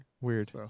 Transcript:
Weird